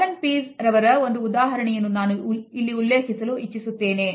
Allan pease ರವರ ಒಂದು ಉದಾಹರಣೆಯನ್ನು ನಾನು ಇಲ್ಲಿ ಉಲ್ಲೇಖಿಸಲು ಇಚ್ಚಿಸುತ್ತೇನೆ